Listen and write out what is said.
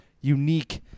unique